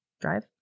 drive